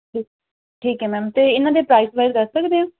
ਠੀਕ ਠੀਕ ਹੈ ਮੈਮ ਅਤੇ ਇਹਨਾਂ ਦੇ ਪ੍ਰਾਈਜ਼ ਬਾਰੇ ਦੱਸ ਸਕਦੇ ਓ